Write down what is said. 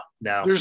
no